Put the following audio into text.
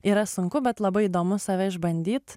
yra sunku bet labai įdomu save išbandyt